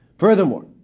Furthermore